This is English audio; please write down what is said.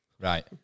Right